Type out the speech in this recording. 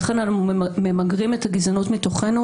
איך אנחנו ממגרים את הגזענות מתוכנו.